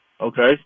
Okay